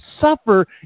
suffer